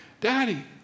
Daddy